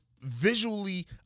visually